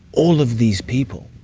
all of these people,